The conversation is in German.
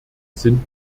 sind